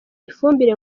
ifumbire